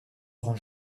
grand